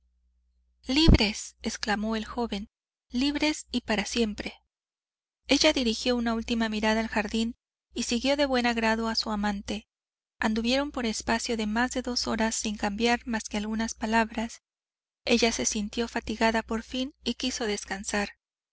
libres exclamó el joven libres y para siempre ella dirigió una última mirada al jardín y siguió de buen grado a su amante anduvieron por espacio de más de dos horas sin cambiar más que algunas palabras ella se sintió fatigada por fin y quiso descansar